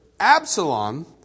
Absalom